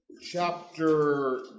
chapter